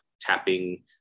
tapping